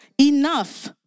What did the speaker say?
Enough